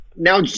Now